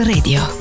Radio